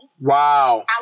Wow